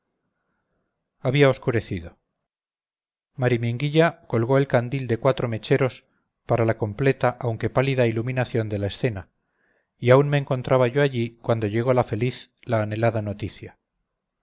había oscurecido mariminguilla colgó el candil de cuatro mecheros para la completa aunque pálida iluminación de la escena y aún me encontraba yo allí cuando llegó la feliz la anhelada noticia